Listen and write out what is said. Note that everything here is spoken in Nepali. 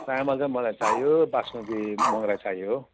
चामल चाहिँ मलाई चाहियो बासमती बगडा चाहियो